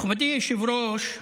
מכובדי היושב-ראש,